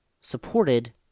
supported